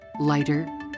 Lighter